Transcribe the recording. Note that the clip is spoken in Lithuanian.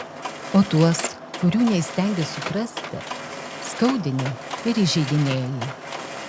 o tuos kurių neįstengi suprasti skaudini ir įžeidinėji